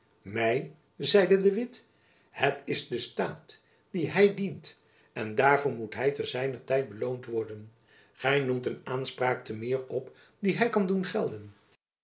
zeide de witt het is de staat dien hy jacob van lennep elizabeth musch dient en daarvoor moet hy te zijner tijd beloond worden gy noemt een aanspraak te meer op die hy kan doen gelden